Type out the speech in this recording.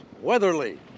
Weatherly